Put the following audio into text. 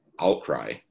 outcry